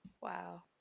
Wow